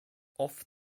off